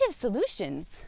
solutions